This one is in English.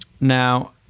Now